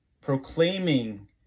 proclaiming